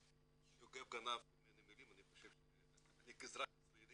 יוגב גנב ממני מלים, אני חושב שאני כאזרח ישראלי